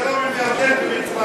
לשלום עם ירדן ומצרים.